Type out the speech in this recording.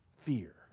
fear